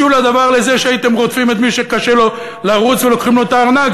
משול הדבר לזה שהייתם רודפים את מי שקשה לו לרוץ ולוקחים לו את הארנק,